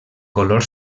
color